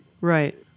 Right